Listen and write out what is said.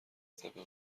طبق